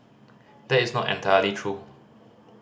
that is not entirely true